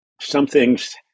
something's